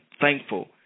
thankful